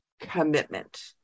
commitment